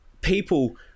people